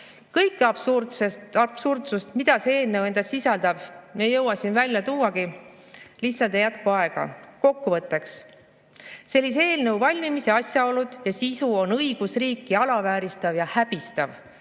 Kõike absurdset, mida see eelnõu endas sisaldab, me ei jõua siin välja tuuagi, lihtsalt ei jätku aega. Kokkuvõtteks. Sellise eelnõu valmimise asjaolud ja sisu on õigusriiki alavääristavad ja häbistavad.